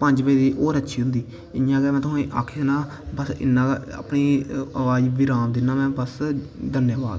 पंज बजे होर अच्छी होंदी इंया गै में तुसेंगी आक्खना बस इन्ना गै में अपनी आवाज़ गी विराम दिन्ना धन्यबाद